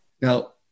Now